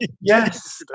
yes